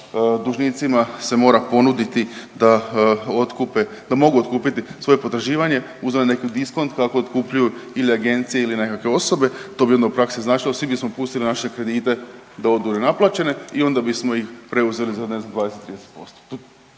dužnicima se mora ponuditi da otkupe, da mogu otkupiti svoje potraživanje uz onaj neki diskont kako otkupljuju ili agencije ili nekakve osobe, to bi onda u praksi značilo svi bismo pustili naše kredite da odu nenaplaćene i onda bismo ih preuzeli za ne